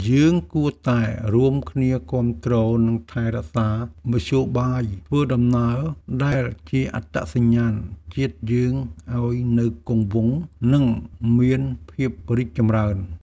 យើងគួរតែរួមគ្នាគាំទ្រនិងថែរក្សាមធ្យោបាយធ្វើដំណើរដែលជាអត្តសញ្ញាណជាតិយើងឱ្យនៅគង់វង្សនិងមានភាពរីកចម្រើន។